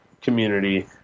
community